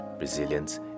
resilience